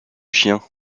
chien